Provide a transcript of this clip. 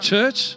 church